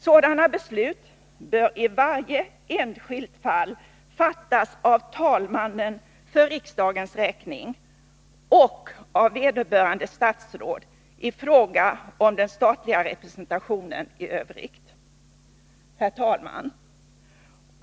Sådana beslut bör i varje enskilt fall fattas av talmannen för riksdagens räkning och av 145 Herr talman!